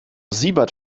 siebert